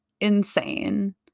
insane